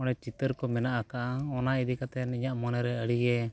ᱚᱸᱰᱮ ᱪᱤᱛᱟᱹᱨ ᱠᱚ ᱢᱮᱱᱟᱜ ᱟᱠᱟᱜᱼᱟ ᱚᱱᱟ ᱤᱫᱤ ᱠᱟᱛᱮᱫ ᱤᱧᱟᱜ ᱢᱚᱱᱮᱨᱮ ᱟᱰᱤᱜᱮ